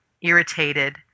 irritated